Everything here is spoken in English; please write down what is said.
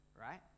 right